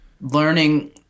learning